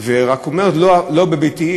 ורק אומר: לא בביתי,